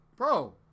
Bro